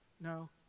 No